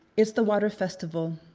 it's the water festival.